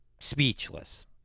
speechless